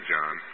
John